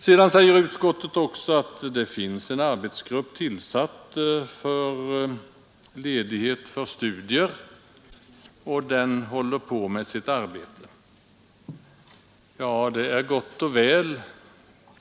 Sedan säger utskottet också att det finns en arbetsgrupp tillsatt beträffande ledighet för studier, och den håller på med sitt arbete. Ja, det är gott och väl.